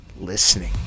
listening